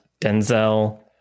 Denzel